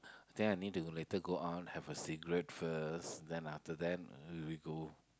then I need to later go on have a cigarette first then after then we go